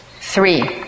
Three